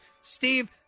Steve